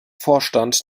vorstand